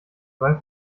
weil